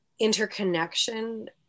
interconnection